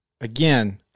Again